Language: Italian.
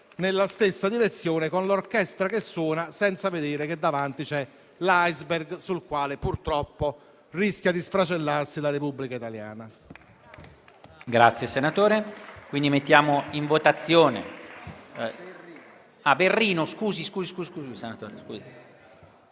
nella stessa direzione, con l'orchestra che suona senza vedere che davanti c'è l'*iceberg* sul quale, purtroppo, rischia di sfracellarsi la Repubblica italiana.